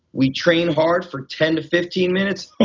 we'd train hard for ten to fifteen minutes,